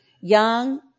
young